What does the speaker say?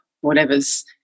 whatever's